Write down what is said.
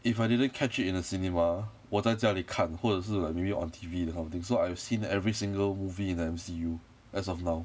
if I didn't catch it in the cinema 我在家里看或者是 like maybe on T V that kind of thing so I've seen every single movie in the M_C_U as of now